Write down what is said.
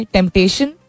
Temptation